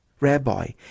Rabbi